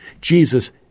Jesus